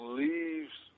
leaves